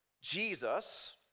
Jesus